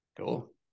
Cool